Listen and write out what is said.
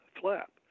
flap